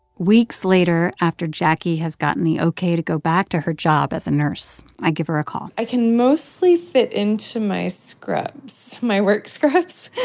weeks later, after jacquie has gotten the ok to go back to her job as a nurse, i give her a call i can mostly fit into my scrubs my work scrubs